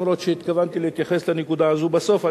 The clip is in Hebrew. אף-על-פי שהתכוונתי להתייחס לנקודה הזאת בסוף,